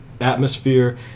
atmosphere